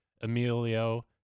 Emilio